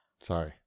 Sorry